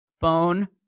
bone